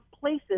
places